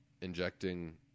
injecting